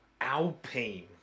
Alpine